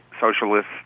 socialist